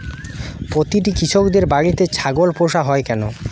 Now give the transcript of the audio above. প্রতিটি কৃষকদের বাড়িতে ছাগল পোষা হয় কেন?